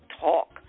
talk